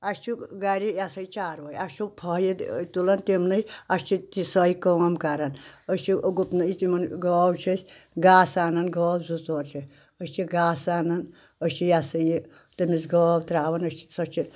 اَسہِ چھُ گَرِ یہِ ہسا چاروٲے اَسہِ چھُکھ فٲیِدٕ تُلان تِمنٕے اَسہِ چھِ تہِ سۄے کران أسۍ چھِ گُپنٕے تِمن گٲو چھِ أسۍ گاسہٕ اَنان گٲو زٕ ژور چھِ أسۍ چھِ گاسہٕ اَنان أسۍ چھِ یہِ سا یہِ تٔمِس گٲو ترٛاوان أسۍ چھِ سۄ چھِ